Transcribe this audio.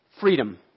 Freedom